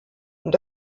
und